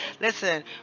listen